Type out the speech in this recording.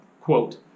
quote